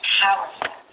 powerful